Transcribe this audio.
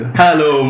hello